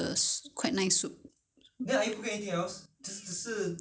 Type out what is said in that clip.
有别的东西看你要吃什么我有鸡肉我有 you know